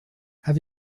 have